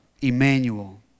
Emmanuel